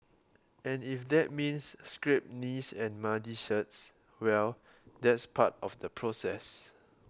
and if that means scraped knees and muddy shirts well that's part of the process